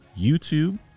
YouTube